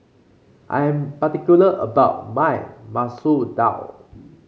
I am particular about my Masoor Dal